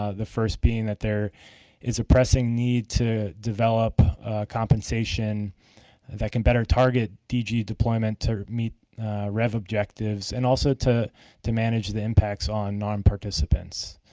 ah the first being that there is a pressing need to develop compensation that can better target dg deployment to meet rev objectives and also to to manage the impacts on nonparticipants.